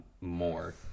more